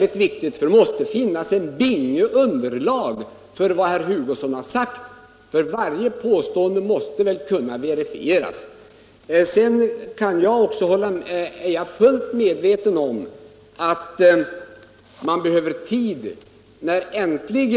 Det är viktigt, och det måste ju finnas en hel binge med olika slags underlag för vad herr Hugosson har sagt. Varje påstående måste kunna verifieras. Jag är fullt medveten om att man behöver ta tid på sig.